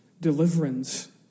deliverance